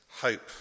hope